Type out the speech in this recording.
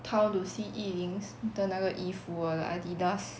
town to see yi ling's 的那个衣服 uh the Adidas